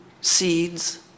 seeds